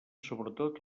sobretot